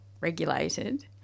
regulated